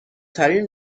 ترین